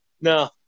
No